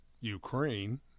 Ukraine